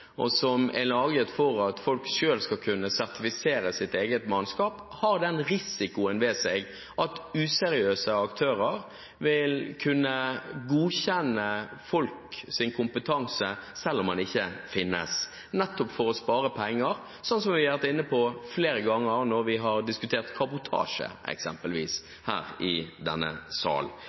og som er laget for at folk selv skal kunne sertifisere eget mannskap, har den risikoen ved seg at useriøse aktører, nettopp for å spare penger, vil kunne godkjenne folks kompetanse selv om den ikke finnes – sånn som vi har vært inne på flere ganger når vi eksempelvis har diskutert kabotasje her i denne sal.